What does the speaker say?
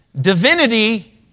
Divinity